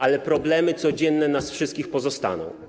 Ale problemy codzienne nas wszystkich pozostaną.